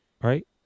right